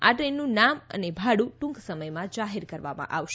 આ દ્રેનનું નામ અને ભાડું ટૂંક સમયમાં જાહેર કરવામાં આવશે